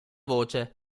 voce